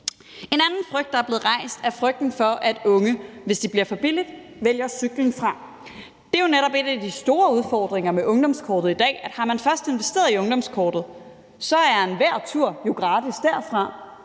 En anden frygt, der er blevet rejst, er frygten for, at unge, hvis det bliver for billigt, vælger cyklen fra. Det er jo netop en af de store udfordringer med ungdomskortet i dag, at har man først investeret i ungdomskortet, er enhver tur jo gratis.